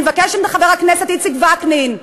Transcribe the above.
אני מבקשת מחבר הכנסת איציק וקנין.